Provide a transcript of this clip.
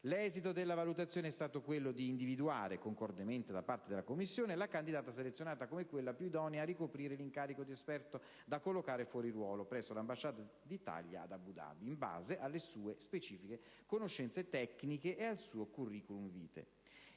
L'esito della valutazione è stato quello di individuare - concordemente da parte della commissione - la candidata selezionata come quella più idonea a ricoprire l'incarico di esperto da collocare fuori ruolo presso l'Ambasciata d'Italia ad Abu Dhabi, in base alle sue specifiche conoscenze tecniche ed al suo *curriculum vitae*